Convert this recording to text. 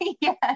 yes